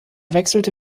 wechselte